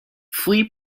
flea